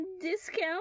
discount